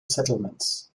settlements